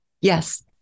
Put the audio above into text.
Yes